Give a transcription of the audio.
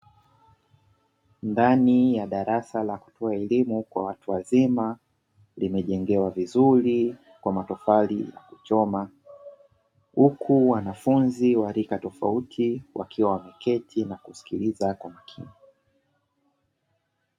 Ndani ya darasa la kutoa elimu kwa watu wazima, limejengewa vizuri kwa matofali ya kuchoma, huku wanafunzi wa rika tofauti wakiwa wameketi na kusikiliza kwa makini.